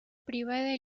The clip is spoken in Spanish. privada